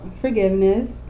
forgiveness